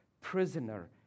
prisoner